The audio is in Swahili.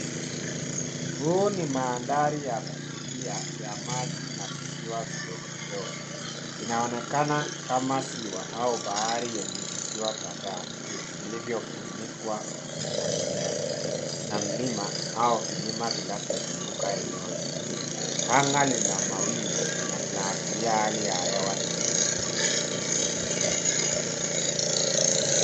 Huu ni mandhari ya kuvutia ya maji na viziwa vidogo vidogo. Inaonekana kama ziwa au bahari yenye viziwa kadhaa vilivyofunikwa na mimea na mlima au vilima vinavyozunguka eneo hilo. Anga lina mawingu na linaashiria hali ya hewa tulivu.